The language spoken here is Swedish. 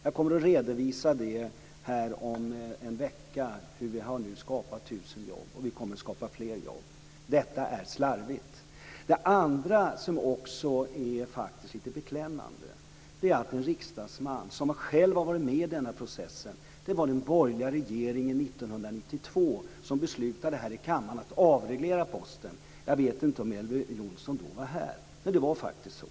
Jag kommer att redovisa om en vecka hur vi nu har skapat 1 000 jobb. Och vi kommer att skapa fler jobb. Detta är slarvigt! Det andra som faktiskt också är lite beklämmande är att det här är en riksdagsman som själv har varit med i processen. Det var den borgerliga regeringen som 1992 beslutade här i kammaren att avreglera Posten. Jag vet inte om Elver Jonsson var här då, men det var faktiskt så.